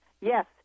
Yes